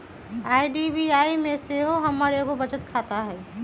IDBI में सेहो हमर एगो बचत खता हइ